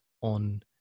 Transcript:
on